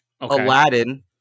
Aladdin